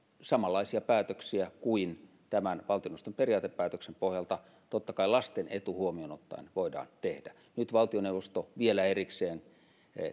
samanlaisia päätöksiä kuin valtioneuvoston periaatepäätöksen pohjalta totta kai lasten etu huomioon ottaen voidaan tehdä nyt valtioneuvosto vielä erikseen